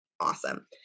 awesome